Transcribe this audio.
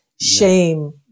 shame